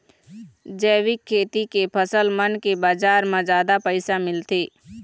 जैविक खेती के फसल मन के बाजार म जादा पैसा मिलथे